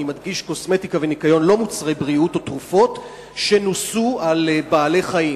אני מדגיש שלא מוצרי בריאות או תרופות -שנוסו על בעלי-חיים.